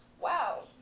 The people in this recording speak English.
wow